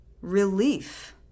relief